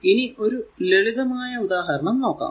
ഇനി ഒരു ലളിതമായ ഉദാഹരണം നോക്കാം